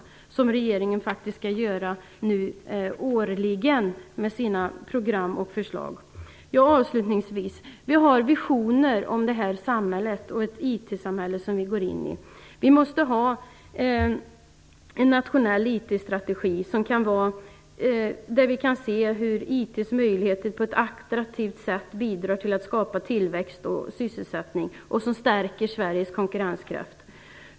Det skall regeringen faktiskt göra årligen med sina program och förslag. Avslutningsvis. Vi har visioner om det här samhället och det IT-samhälle som vi går in i. Vi måste ha en nationell IT-strategi där vi kan se hur IT:s möjligheter på ett attraktivt sätt bidrar till att skapa tillväxt och sysselsättning och stärker Sveriges konkurrenskraft.